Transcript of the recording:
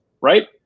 right